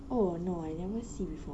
oh no I never see before